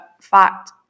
fact